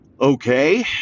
Okay